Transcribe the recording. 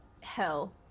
hell